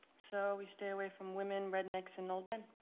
so we stay away from women, rednecks, and old men.